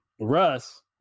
Russ –